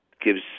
gives